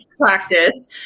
practice